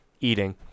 eating